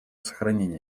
сохранение